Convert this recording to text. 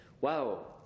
Wow